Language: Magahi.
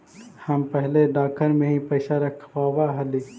हम पहले डाकघर में ही पैसा रखवाव हली